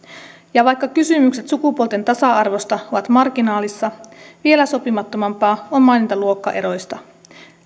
ja vaikka kysymykset sukupuolten tasa arvosta ovat marginaalissa vielä sopimattomampaa on mainita luokkaeroista